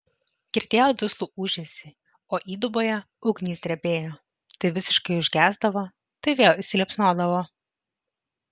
girdėjo duslų ūžesį o įduboje ugnys drebėjo tai visiškai užgesdavo tai vėl įsiliepsnodavo